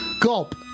Gulp